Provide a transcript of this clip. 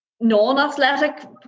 non-athletic